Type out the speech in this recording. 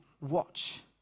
watch